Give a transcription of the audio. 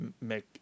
make